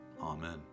Amen